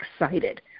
excited